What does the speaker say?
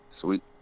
Sweet